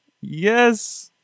Yes